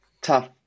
tough